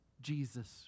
Jesus